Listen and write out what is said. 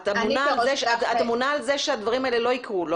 את אמונה על כך שדברים כאלה לא יקרו.